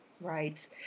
Right